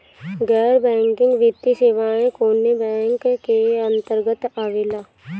गैर बैंकिंग वित्तीय सेवाएं कोने बैंक के अन्तरगत आवेअला?